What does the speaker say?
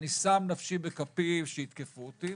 ואני שם נפשי בכפי שיתקפו אותי,